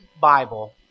bible